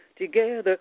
Together